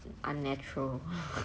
unnatural